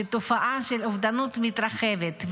שהתופעה של האובדנות מתרחבת,